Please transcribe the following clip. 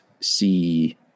see